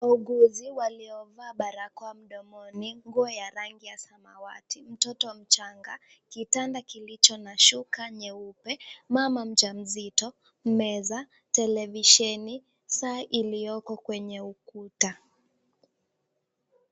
Wauguzi waliovaa barakoa mdomoni, nguo ya rangi ya samawati. Mtoto wa mchanga, kitanda kilicho nashuka nyeupe, mama mjamzito, meza televisheni. Saa iliyoko kwenye ukuta.